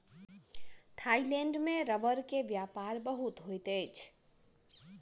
Thailand में रबड़ के व्यापार बहुत होइत अछि